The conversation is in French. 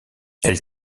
elle